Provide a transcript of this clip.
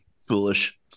foolish